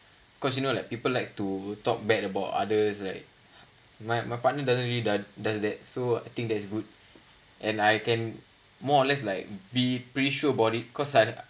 cause you know like people like to talk bad about others like my my partner doesn't really does does that so I think that is good and I can more or less like be pretty sure about it cause I